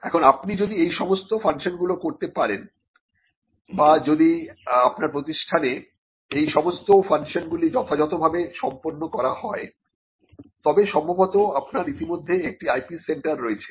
এখন আপনি যদি এই সমস্ত ফাংশনগুলি করতে পারেন বা যদি আপনার প্রতিষ্ঠানে এই সমস্ত ফাংশনগুলি যথাযথভাবে সম্পন্ন করা হয় তবে সম্ভবত আপনার ইতিমধ্যে একটি IP সেন্টার রয়েছে